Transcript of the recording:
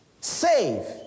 save